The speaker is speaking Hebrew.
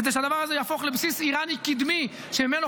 כדי שהדבר הזה יהפוך לבסיס איראני קדמי שממנו